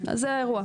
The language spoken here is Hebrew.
אז זה האירוע.